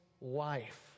life